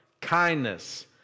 kindness